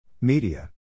Media